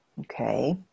Okay